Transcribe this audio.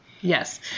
Yes